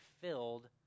filled